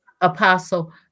apostle